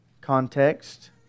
context